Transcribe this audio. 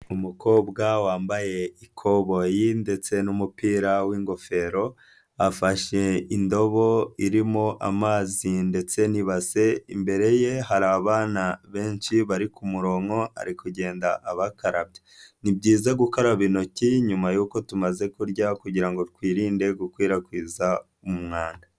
Umukobwa wambaye ikoboyi ndetse n'umupira w'ingofero afashe indobo irimo amazi ndetse n'ibase, imbere ye hari abana benshi bari ku muronko ari kugenda abakarabya. Ni byiza gukaraba intoki nyuma y'uko tumaze kurya kugira ngo twirinde gukwirakwiza umwanda.